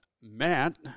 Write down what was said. Matt